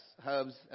hubs